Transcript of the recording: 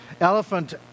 Elephant